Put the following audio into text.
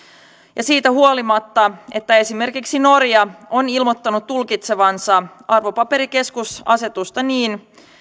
ja siitä huolimatta että esimerkiksi norja on ilmoittanut tulkitsevansa arvopaperikeskusasetusta niin